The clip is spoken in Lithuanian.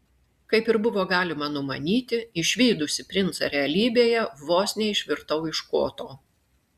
kaip ir buvo galima numanyti išvydusi princą realybėje vos neišvirtau iš koto